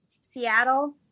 Seattle